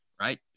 right